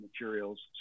materials